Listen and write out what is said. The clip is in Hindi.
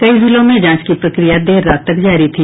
कई जिलों में जांच की प्रक्रिया देर रात तक जारी थी